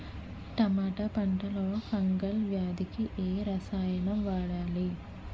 టమాటా పంట లో ఫంగల్ వ్యాధికి ఏ రసాయనం వాడాలి?